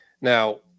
Now